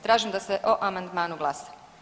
Tražim da se o amandmanu glasa.